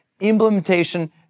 implementation